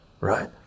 right